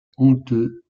honteux